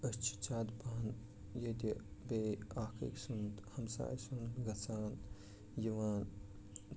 أسۍ چھِ زیادٕ پَہن ییٚتہِ بیٚیہِ اکھ أکۍ سُند ہَمساے چھُ گژھان یِوان